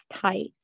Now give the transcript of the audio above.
tight